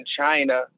China